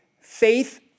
Faith